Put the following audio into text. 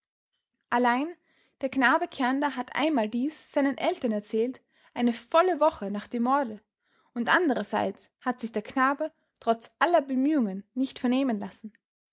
allein der knabe kernder hat einmal dies seinen eltern erzählt eine volle woche nach dem morde und andererseits hat sich der knabe trotz aller bemühungen nicht vernehmen lassen